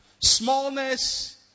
Smallness